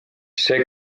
see